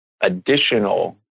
additional